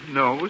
no